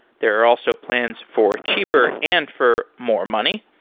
there are also plans for cheaper and for more money.